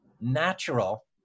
natural